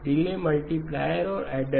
delay multiplier और adder